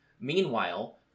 Meanwhile